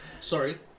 Sorry